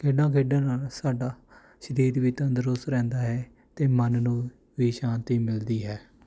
ਖੇਡਾਂ ਖੇਡਣ ਨਾਲ ਸਾਡਾ ਸਰੀਰ ਵੀ ਤੰਦਰੁਸਤ ਰਹਿੰਦਾ ਹੈ ਅਤੇ ਮਨ ਨੂੰ ਵੀ ਸ਼ਾਂਤੀ ਮਿਲਦੀ ਹੈ